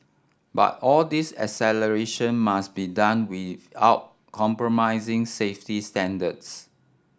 but all this acceleration must be done without compromising safety standards